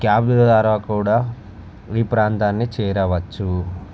cab ద్వారా కూడా ఈ ప్రాంతాన్ని చేరవచ్చు